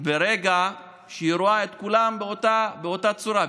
ברגע שהיא רואה את כולם באותה צורה,